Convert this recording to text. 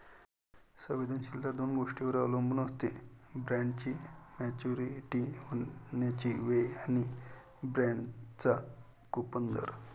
संवेदनशीलता दोन गोष्टींवर अवलंबून असते, बॉण्डची मॅच्युरिटी होण्याची वेळ आणि बाँडचा कूपन दर